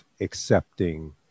accepting